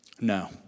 No